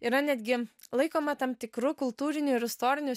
yra netgi laikoma tam tikru kultūriniu ir istoriniu